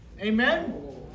Amen